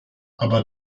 aber